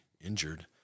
injured